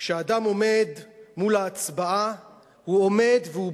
כשאדם עומד מול ההצבעה הוא עומד והוא